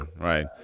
Right